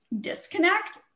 disconnect